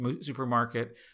supermarket